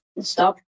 stop